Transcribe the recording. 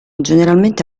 generalmente